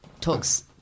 talks